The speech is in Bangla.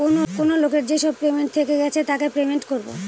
কেনো লোকের যেসব পেমেন্ট থেকে গেছে তাকে পেমেন্ট করবো